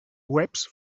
webs